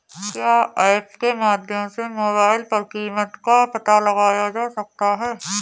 क्या ऐप के माध्यम से मोबाइल पर कीमत का पता लगाया जा सकता है?